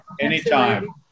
Anytime